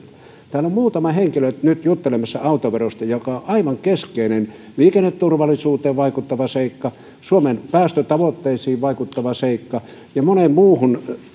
täällä on muutama henkilö nyt nyt juttelemassa autoverosta joka on aivan keskeinen liikenneturvallisuuteen vaikuttava seikka suomen päästötavoitteisiin vaikuttava seikka ja moneen muuhun